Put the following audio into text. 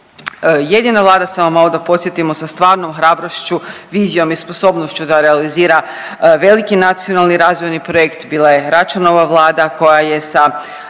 Jedina Vlada, samo malo da podsjetimo, sa stvarnom hrabrošću, vizijom i sposobnošću da realizira veliki nacionalni razvojni projekt bila je Račanova Vlada koja je sa